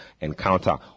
encounter